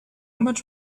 much